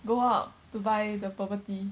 go out to buy the bubble tea